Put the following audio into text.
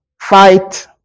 fight